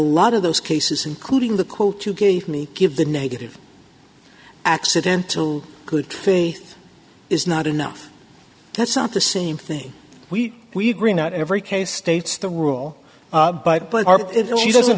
lot of those cases including the quote you gave me give the negative accidental good faith is not enough that's not the same thing we we agree not every case states the rule but it doesn't